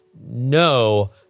no